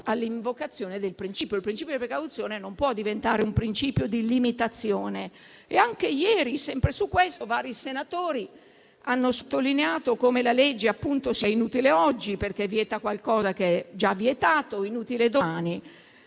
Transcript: all'invocazione del principio di precauzione, che non può diventare un principio di limitazione. Anche ieri, sempre su questo, vari senatori hanno sottolineato come la legge sia inutile oggi, perché vieta qualcosa che è già vietato, e sarà inutile domani,